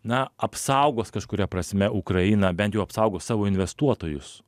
na apsaugos kažkuria prasme ukrainą bent jau apsaugo savo investuotojus